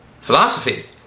Philosophy